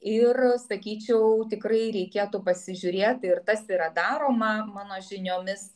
ir sakyčiau tikrai reikėtų pasižiūrėt ir tas yra daroma mano žiniomis